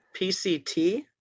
PCT